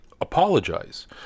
apologize